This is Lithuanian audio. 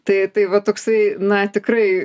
tai tai va toksai na tikrai